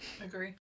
agree